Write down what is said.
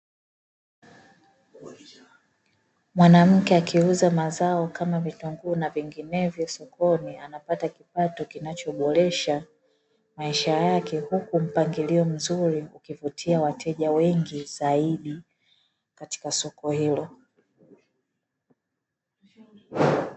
Mwanamke akiuza mazao kama vitunguu na vinginevyo sokoni anapata kipato kinachoboresha maisha yake, huku mpangilio mzuri ukivutia wateja wengi zaidi, katika soko hilo.